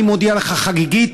אני מודיע לך חגיגית,